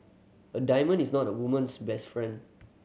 a diamond is not a woman's best friend